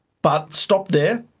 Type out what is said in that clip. but stop there,